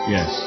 Yes